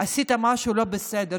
עשית משהו לא בסדר,